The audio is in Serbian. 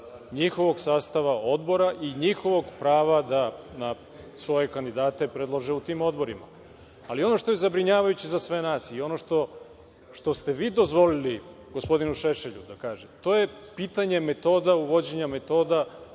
njihovog sastava odbora i njihovog prava da svoje kandidate predlože u tim odborima. Ali, ono što je zabrinjavajuće za sve nas i ono što ste vi dozvolili gospodinu Šešelju da kaže, to je pitanje metoda, uvođenja metoda